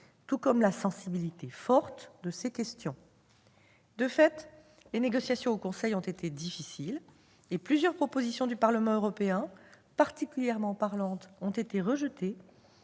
tout comme la forte sensibilité de ces questions. De fait, les négociations au Conseil ont été difficiles et plusieurs propositions du Parlement européen particulièrement parlantes ont été rejetées,